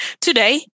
Today